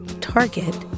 Target